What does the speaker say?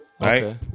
Right